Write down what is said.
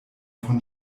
von